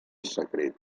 secret